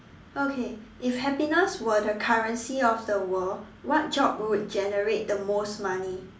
okay if happiness were the currency of the world what job would generate the most money